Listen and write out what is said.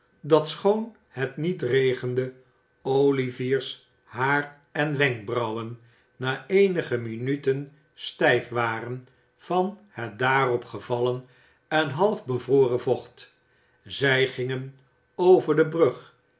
dat schoon het niet regende olivier's haar en wenkbrauwen na eenige minu en stijf waren van het daarop gevallen en half bevroren vocht zij gingen over de brug